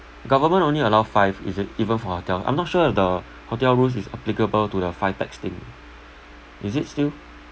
government only allow five is it even for hotel I'm not sure if the hotel rooms is applicable to their five pax thing is it still